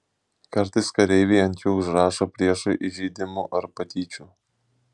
kartais kareiviai ant jų užrašo priešui įžeidimų ar patyčių